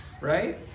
right